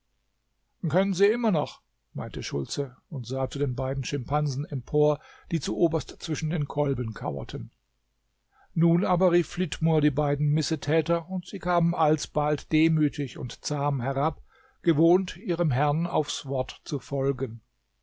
können sie immer noch meinte schultze und sah zu den beiden schimpansen empor die zu oberst zwischen den kolben kauerten nun aber rief flitmore die beiden missetäter und sie kamen alsbald ganz demütig und zahm herab gewohnt ihrem herrn aufs wort zu folgen